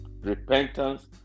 repentance